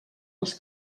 els